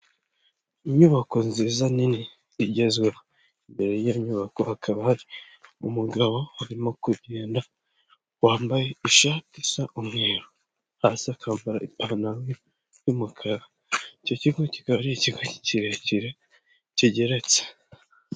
Inyubako nziza nini igezweho, imbere y'iyo nyubako hakaba hari umugabo urimo kugenda, wambaye ishati isa umweru, hasi akaba yambaye ipantaro y'umukara icyo kigo kikaba ari ikigo kirekire, kigeretse.